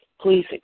please